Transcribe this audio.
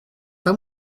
pas